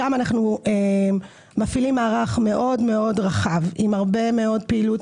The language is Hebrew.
שם אנחנו מפעילים מערך מאוד רחב עם הרבה מאוד פעילות